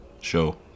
Show